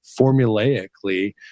formulaically